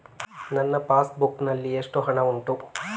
ನನ್ನ passbook ನಲ್ಲಿ ಎಷ್ಟು ಹಣ ಉಂಟು?